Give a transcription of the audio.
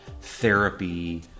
therapy